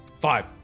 Five